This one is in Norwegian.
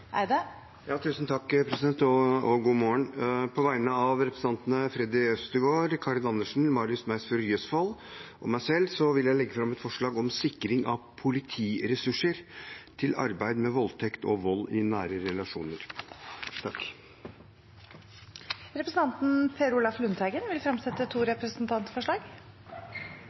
Eide vil fremsette et representantforslag. På vegne av representantene Freddy André Øvstegård, Karin Andersen og Marius Meisfjord Jøsevold og meg selv vil jeg legge fram et forslag om sikring av politiressurser til arbeid med voldtekt og vold i nære relasjoner. Representanten Per Olaf Lundteigen vil fremsette to representantforslag.